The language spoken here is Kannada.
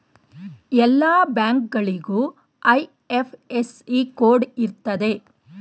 ಎಲ್ಲ ಬ್ಯಾಂಕ್ಗಳಿಗೂ ಐ.ಎಫ್.ಎಸ್.ಸಿ ಕೋಡ್ ಇರ್ತದೆ